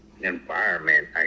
environment